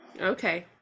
Okay